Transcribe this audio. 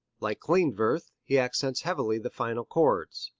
like klindworth, he accents heavily the final chords.